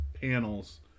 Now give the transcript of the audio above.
panels